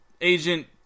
Agent